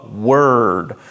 word